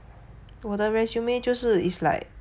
我的 resume 就是 is like